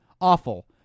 awful